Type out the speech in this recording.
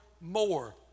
more